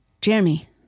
Jeremy